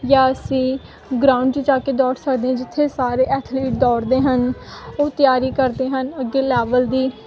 ਜਾਂ ਅਸੀਂ ਗਰਾਊਂਡ 'ਚ ਜਾ ਕੇ ਦੌੜ ਸਕਦੇ ਜਿੱਥੇ ਸਾਰੇ ਐਥਲੀਟ ਦੌੜਦੇ ਹਨ ਉਹ ਤਿਆਰੀ ਕਰਦੇ ਹਨ ਅੱਗੇ ਲੈਵਲ ਦੀ